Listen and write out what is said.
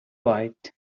white